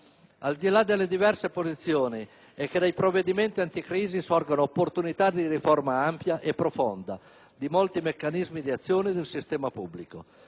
al di là delle diverse posizioni - è che dai provvedimenti anticrisi sorgano opportunità di riforma ampia e profonda di molti meccanismi di azione del sistema pubblico.